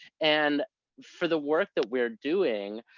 and for the work that we're doing,